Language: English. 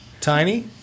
Tiny